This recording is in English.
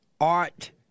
art